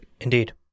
indeed